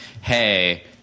hey